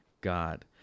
God